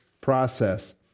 process